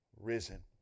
risen